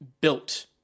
built